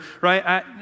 right